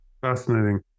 Fascinating